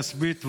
כספית ועוד.